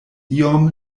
iom